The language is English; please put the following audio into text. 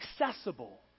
accessible